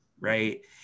right